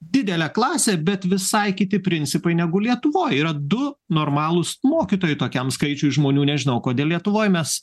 didelė klasė bet visai kiti principai negu lietuvoj yra du normalūs mokytojai tokiam skaičiui žmonių nežinau kodėl lietuvoj mes